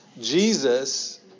Jesus